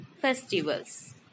festivals